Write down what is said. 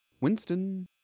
Winston